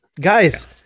guys